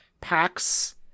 packs